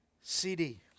CD